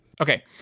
Okay